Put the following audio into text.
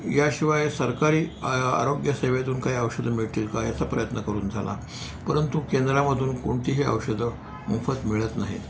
याशिवाय सरकारी आ आरोग्यसेवेतून काही औषधं मिळतील का याचा प्रयत्न करून झाला परंतु केंद्रामधून कोणतीही औषधं मोफत मिळत नाहीत